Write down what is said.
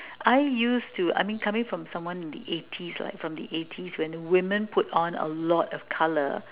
I used to I mean coming from someone in the eighties like from the eighties when women put on a lot of colour